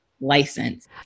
license